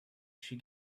she